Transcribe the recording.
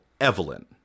Evelyn